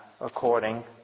according